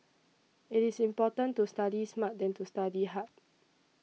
it is important to study smart than to study hard